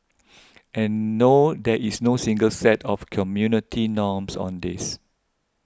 and no there is no single set of community norms on this